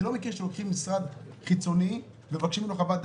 אני לא מכיר שלוקחים משרד חיצוני ומבקשים ממנו חוות דעת,